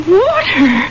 water